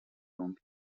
jean